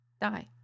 Die